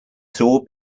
saw